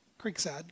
Creekside